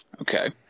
Okay